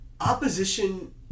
opposition